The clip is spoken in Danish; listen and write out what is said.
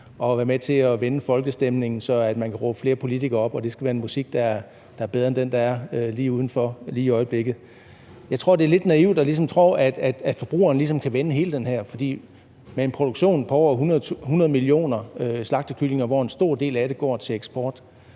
og være med til at vende folkestemningen, så man kan råbe flere politikere op, og det skal være en musik, der er bedre end den, der er udenfor lige i øjeblikket. Jeg tror, at det er lidt naivt at tro, at forbrugeren ligesom kan vende hele det her. Med en produktion på over 100 millioner slagtekyllinger, hvoraf en stor del går til eksport,